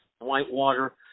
Whitewater